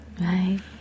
Right